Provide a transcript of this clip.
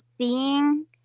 Seeing